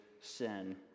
sin